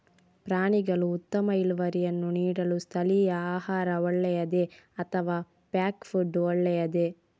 ಪ್ರಾಣಿಗಳು ಉತ್ತಮ ಇಳುವರಿಯನ್ನು ನೀಡಲು ಸ್ಥಳೀಯ ಆಹಾರ ಒಳ್ಳೆಯದೇ ಅಥವಾ ಪ್ಯಾಕ್ ಫುಡ್ ಒಳ್ಳೆಯದೇ?